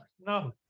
no